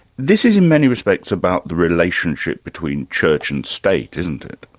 this is in many respects about the relationship between church and state, isn't it?